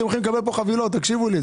אתם עושים דברים נוראיים, ינון, אתה יודע את